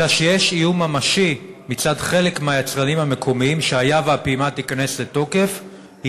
אלא שיש איום ממשי מצד חלק מהיצרנים המקומיים שהיה והפעימה תיכנס לתוקף,